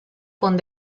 con